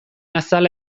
azala